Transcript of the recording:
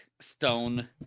stone